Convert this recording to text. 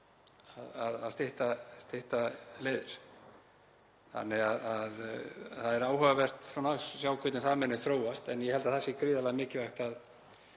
að stytta leiðir. Það er áhugavert að sjá hvernig það mun þróast en ég held að það sé gríðarlega mikilvægt að